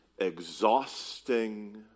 exhausting